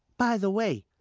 by the way,